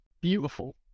beautiful